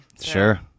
Sure